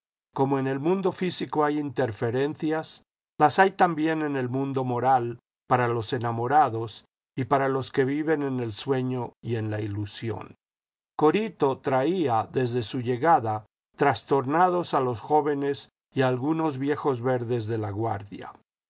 como en el mundo físico hay interferencias las hay también en el mundo moral para los enamorados y para los que viven en el sueño y en la ilusión corito traía desde su llegada trastornados a los jóvenes y a algunos viejos verdes de laguardia